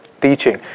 teaching